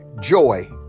joy